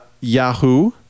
Yahoo